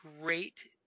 great